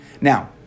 Now